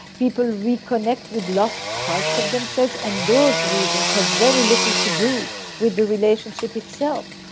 people reconnect with lost parts of themselves, and those reasons have very little to do with the relationship itself.